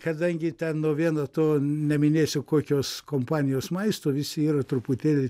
kadangi ten nuo vieno to neminėsiu kokios kompanijos maisto visi yra truputėlį